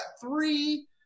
three